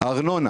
ארנונה